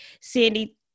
Sandy